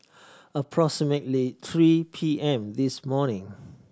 approximately three P M this morning